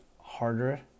harder